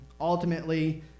ultimately